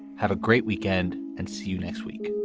have a great weekend and see you next week